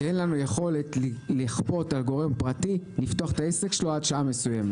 כי אין לנו יכולת לכפות על גורם פרטי לפתוח את העסק שלו עד שעה מסוימת.